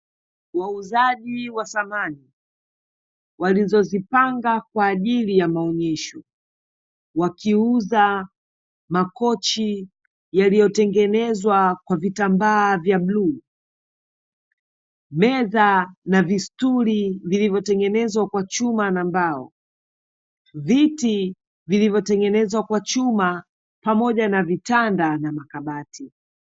Wauzaji wa thamani, walizozipanga kwaajili ya maonyesho, wakiuza makochi yaliyotengenezwa kwa vitambaa vya bluu, meza na vistuli vilivyotengenezwa kwa chuma na mbao, viti vilivyotengenezwa kwa chuma pamoja na vitanda na makabati.